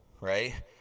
right